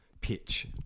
pitch